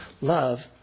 Love